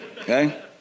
Okay